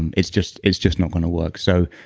and it's just it's just not going to work. so,